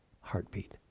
heartbeat